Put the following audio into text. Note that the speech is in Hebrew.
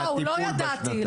וואו, ״לא ידעתי״.